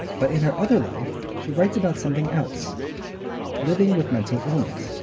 but in her other life, she writes about something else living with mental illness.